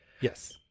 Yes